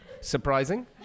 Surprising